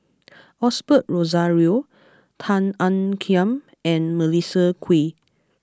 Osbert Rozario Tan Ean Kiam and Melissa Kwee